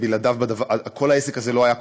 שבלעדיו כל העסק הזה לא היה קורה.